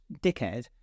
dickhead